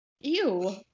ew